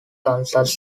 kansas